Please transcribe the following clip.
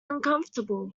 uncomfortable